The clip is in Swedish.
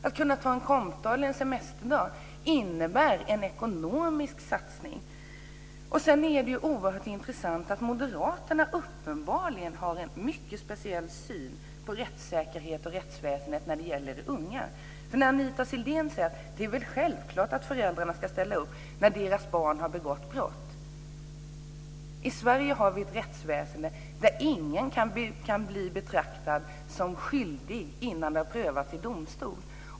Att ta en kompdag eller en semesterdag innebär en ekonomisk satsning. Det är oerhört intressant att Moderaterna uppenbarligen har en mycket speciell syn på rättssäkerheten och rättsväsendet när det gäller unga. Anita Sidén säger att det är självklart att föräldrarna ska ställa upp när deras barn har begått brott. I Sverige har vi ett rättsväsende där ingen kan bli betraktad som skyldig innan det har prövats i domstol.